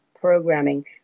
programming